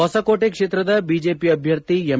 ಹೊಸಕೋಟೆ ಕ್ಷೇತ್ರದ ಬಿಜೆಪಿ ಅಭ್ಯರ್ಥಿ ಎಂ